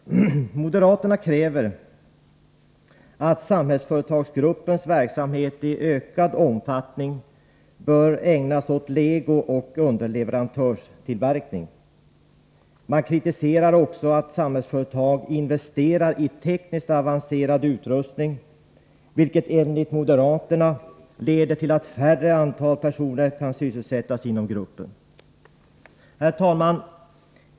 Moderaterna kräver att Samhällsföretagsgruppens verksamhet i ökad omfattning skall ägnas åt legooch underleverantörstillverkning. Man kritiserar också att Samhällsföretag investerar i tekniskt avancerad utrustning, vilket enligt moderaterna leder till att färre antal personer kan sysselsättas inom gruppen. Herr talman!